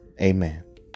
Amen